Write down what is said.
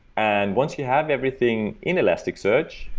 and once you have everything in elasticsearch,